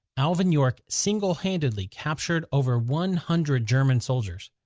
alvin york single-handedly captured over one hundred german soldiers.